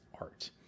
art